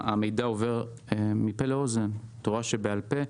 המידע עובר מפה לאוזן, תורה שבעל-פה.